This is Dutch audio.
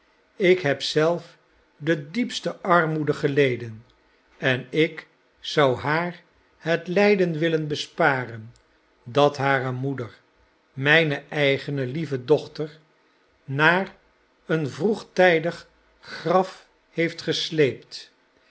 ik heb zelf de diepste armoede geleden en ik zou haar het hjden willen besparen dat hare moeder mijne eigene lieve dochter naar een vroegtijdig graf heeft gesleept